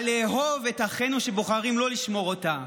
אבל לאהוב את אחינו שבוחרים לא לשמור אותה,